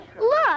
Look